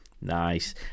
Nice